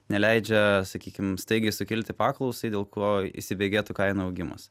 neleidžia sakykim staigiai sukilti paklausai dėl ko įsibėgėtų kainų augimas